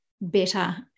Better